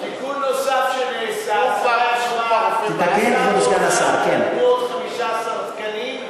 תיקון נוסף שנעשה עם שר האוצר, הוא כבר רופא.